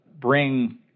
bring